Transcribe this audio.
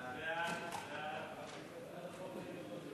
שם החוק נתקבל.